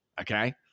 okay